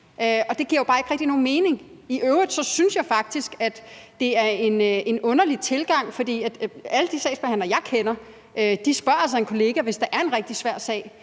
Det giver jo bare ikke rigtig nogen mening. I øvrigt synes jeg faktisk, at det er en underlig tilgang. For alle de sagsbehandlere, jeg kender, spørger altså en kollega, hvis der er en rigtig svær sag.